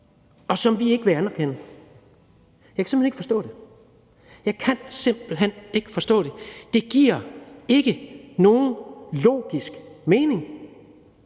og som vi ikke vil anerkende. Jeg kan simpelt hen ikke forstå det – jeg kan simpelt hen ikke forstå det – det giver ikke nogen logisk mening